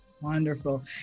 Wonderful